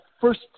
first